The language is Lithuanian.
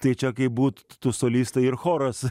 tai čia kaip būtų solistai ir choras